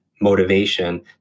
motivation